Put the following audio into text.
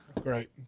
Great